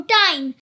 time